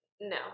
no